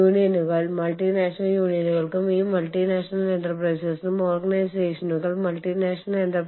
തുടർന്ന് അന്താരാഷ്ട്ര human resource management ഫംഗ്ഷനുകളുടെ വികസനത്തിൽ ആഗോള സ്റ്റാഫിംഗ് ഒരു ആശങ്കയാണ്